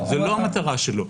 זאת לא המטרה שלו.